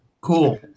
cool